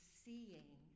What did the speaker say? seeing